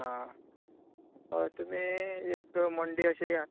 आं हय एक तुमी मंडे अशें येयात